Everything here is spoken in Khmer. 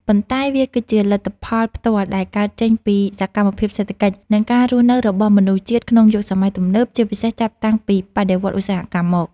ប៉ុន្តែវាគឺជាលទ្ធផលផ្ទាល់ដែលកើតចេញពីសកម្មភាពសេដ្ឋកិច្ច និងការរស់នៅរបស់មនុស្សជាតិក្នុងយុគសម័យទំនើប ជាពិសេសចាប់តាំងពីបដិវត្តន៍ឧស្សាហកម្មមក។